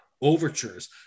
overtures